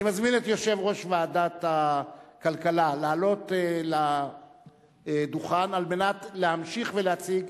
אני מזמין את יושב-ראש ועדת הכלכלה לעלות לדוכן על מנת להמשיך ולהציג,